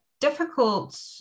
difficult